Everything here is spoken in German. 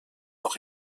auch